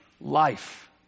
life